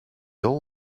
all